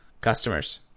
customers